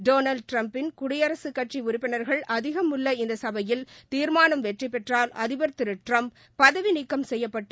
டொனால்டுட்டிம்பின் குடியரசுக் கட்சிஉறுப்பினர்கள் அதிகம் உள்ள இந்தசபையில் தீர்மானம் வெற்றிபெற்றால் அதிபா் திருட்டிரமப் பதவிநீக்கம் செய்யப்பட்டு